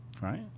Right